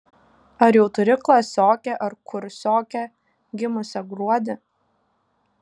ar jau turi klasiokę ar kursiokę gimusią gruodį